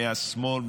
מהשמאל,